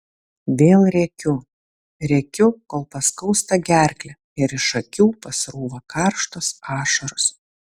vėl rėkiu rėkiu kol paskausta gerklę ir iš akių pasrūva karštos ašaros